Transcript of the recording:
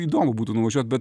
įdomu būtų nuvažiuot bet